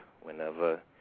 whenever